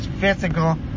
Physical